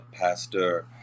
Pastor